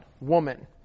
woman